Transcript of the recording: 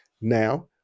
Now